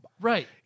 Right